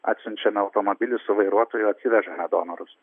atsiunčiame automobilį su vairuotoju atsivežame donorus